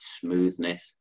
smoothness